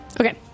Okay